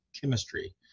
chemistry